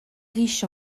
riche